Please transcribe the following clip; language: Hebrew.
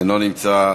אינו נמצא,